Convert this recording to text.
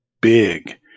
big